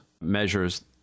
measures